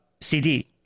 CD